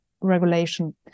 regulation